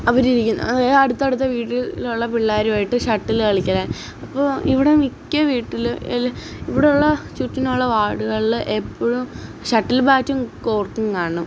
അവരിരിക്കുന്നത് അവർ അടുത്തടുത്ത വീട്ടിലുള്ള പിള്ളേരുമായിട്ട് ഷട്ടിൽ കളിക്കലാണ് അപ്പോൾ ഇവിടെ മിക്ക വീട്ടിലും എല്ലാം ഇവിടുള്ള ചുറ്റിനുള്ള വാർഡുകളിൽ എപ്പോഴും ഷട്ടിൽ ബാറ്റും കോർക്കും കാണും